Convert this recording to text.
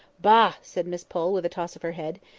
bah! said miss pole, with a toss of her head.